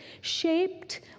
shaped